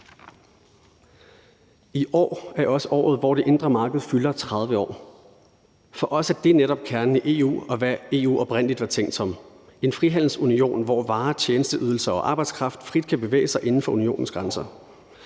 I år er også året, hvor det indre marked fylder 30 år. For os er det netop kernen i EU, og hvad EU oprindelig var tænkt som: en frihandelsunion, hvor varer, tjenesteydelser og arbejdskraft frit kan bevæge sig inden for unionens grænser.